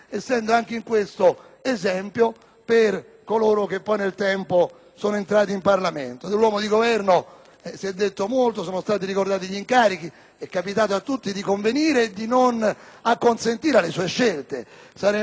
esempio per coloro che nel tempo sono entrati in Parlamento. Dell'uomo di Governo si è detto molto. Sono stati ricordati gli incarichi. È capitato a tutti di convenire sulle sue scelte o di non acconsentire ad esse. Saremmo ipocriti